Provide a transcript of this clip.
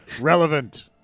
Relevant